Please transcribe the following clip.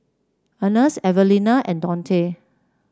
Earnest Evelina and Donte